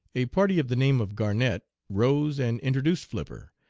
a party of the name of garnett rose and introduced flipper,